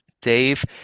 dave